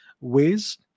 ways